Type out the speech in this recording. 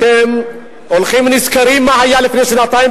אתם הולכים ונזכרים מה היה לפני שנתיים,